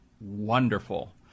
wonderful